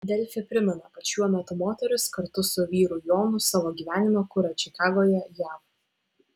delfi primena kad šiuo metu moteris kartu su vyru jonu savo gyvenimą kuria čikagoje jav